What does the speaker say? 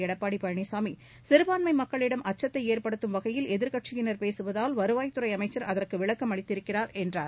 எடப்பாடி பழனிசாமி சிறுபான்மை மக்களிடம் அச்சத்தை ஏற்படுத்தும் வகையில் எதிர்க்கட்சியினர் பேசுவதால் வருவாய்த்துறை அமைச்சர் அதற்கு விளக்கம் அளித்திருக்கிறார் என்றார்